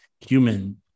human